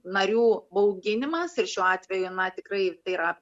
narių bauginimas ir šiuo atveju na tikrai yra